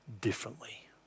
differently